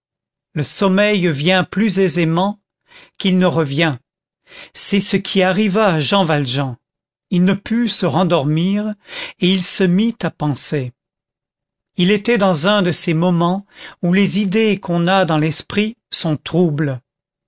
le sommeil vient plus aisément qu'il ne revient c'est ce qui arriva à jean valjean il ne put se rendormir et il se mit à penser il était dans un de ces moments où les idées qu'on a dans l'esprit sont troubles